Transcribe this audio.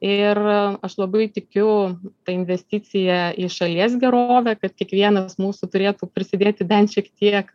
ir aš labai tikiu ta investicija į šalies gerovę kad kiekvienas mūsų turėtų prisidėti bent šiek tiek